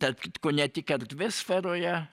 tarp kitko ne tik erdvės sferoje